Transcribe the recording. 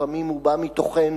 לפעמים הוא בא מתוכנו.